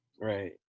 Right